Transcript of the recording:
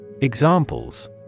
Examples